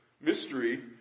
mystery